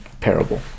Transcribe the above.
Parable